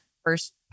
First